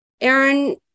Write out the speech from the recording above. Aaron